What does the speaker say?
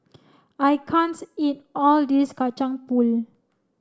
I can't eat all of this Kacang Pool